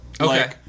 Okay